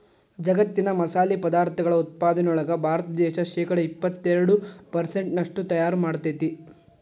ಜಗ್ಗತ್ತಿನ ಮಸಾಲಿ ಪದಾರ್ಥಗಳ ಉತ್ಪಾದನೆಯೊಳಗ ಭಾರತ ದೇಶ ಶೇಕಡಾ ಎಪ್ಪತ್ತೆರಡು ಪೆರ್ಸೆಂಟ್ನಷ್ಟು ತಯಾರ್ ಮಾಡ್ತೆತಿ